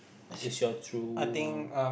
is your true home